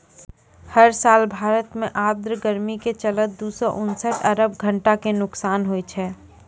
हर साल भारत मॅ आर्द्र गर्मी के चलतॅ दू सौ उनसठ अरब घंटा के नुकसान होय छै